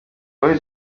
wowe